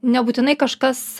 nebūtinai kažkas